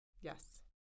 Yes